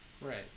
Right